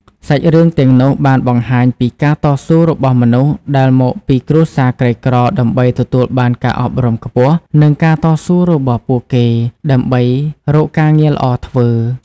សាច់រឿងទាំងនោះបានបង្ហាញពីការតស៊ូរបស់មនុស្សដែលមកពីគ្រួសារក្រីក្រដើម្បីទទួលបានការអប់រំខ្ពស់ និងការតស៊ូរបស់ពួកគេដើម្បីរកការងារល្អធ្វើ។